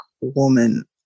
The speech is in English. woman